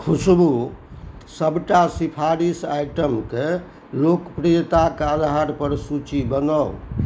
खुशबु सबटा सिफारिश आइटमकेँ लोकप्रियताक आधार पर सूची बनाउ